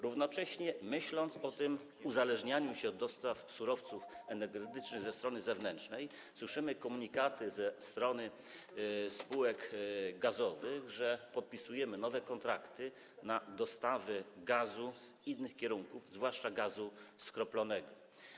Równocześnie myśląc o tym uniezależnianiu się od dostaw surowców energetycznych ze strony zewnętrznej, słyszymy komunikaty ze strony spółek gazowych, że podpisujemy nowe kontrakty na dostawy gazu z innych kierunków, zwłaszcza gazu skroplonego.